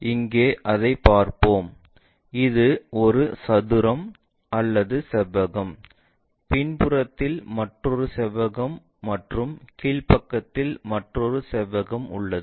இங்கே இதைப் பார்ப்போம் இது ஒரு சதுரம் அல்லது செவ்வகம் பின்புறத்தில் மற்றொரு செவ்வகம் மற்றும் கீழ் பக்கத்தில் மற்றொரு செவ்வகம் உள்ளது